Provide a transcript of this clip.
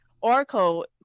oracle